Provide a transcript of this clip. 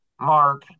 Mark